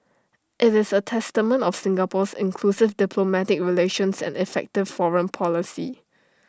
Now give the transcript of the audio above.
IT is A testament of Singapore's inclusive diplomatic relations and effective foreign policy